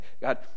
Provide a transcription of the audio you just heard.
God